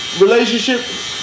relationship